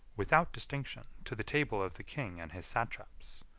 without distinction, to the table of the king and his satraps.